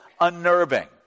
unnerving